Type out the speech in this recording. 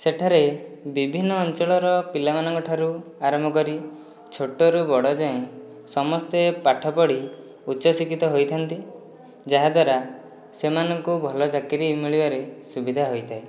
ସେଠାରେ ବିଭିନ୍ନ ଅଞ୍ଚଳର ପିଲାମାନଙ୍କ ଠାରୁ ଆରମ୍ଭ କରି ଛୋଟରୁ ବଡ଼ ଯାଏଁ ସମସ୍ତେ ପାଠ ପଢ଼ି ଉଚ୍ଚଶିକ୍ଷିତ ହୋଇଥାଆନ୍ତି ଯାହାଦ୍ୱାରା ସେମାନଙ୍କୁ ଭଲ ଚାକିରି ମିଳିବାରେ ସୁବିଧା ହୋଇଥାଏ